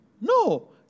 No